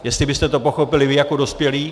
Jestli byste to pochopili vy jako dospělí.